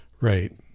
Right